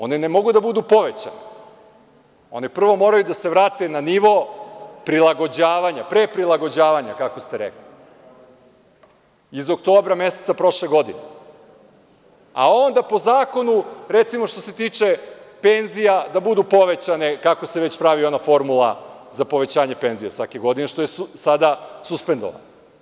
One ne mogu da budu povećane, one prvo moraju da se vrate na nivo prilagođavanja, pre prilagođavanja, kako ste rekli, iz oktobra meseca prošle godine, a onda po zakonu recimo što se tiče penzija da budu povećanje, kako se već pravi ona formula za povećanje penzija svake godine, što je sada suspendovano.